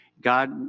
God